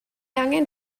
angen